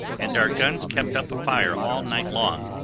and our guns kept up a fire all night long,